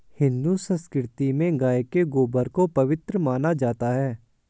हिंदू संस्कृति में गाय के गोबर को पवित्र माना जाता है